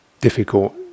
difficult